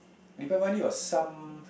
Diwali was some